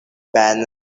banner